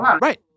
Right